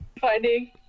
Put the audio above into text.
Finding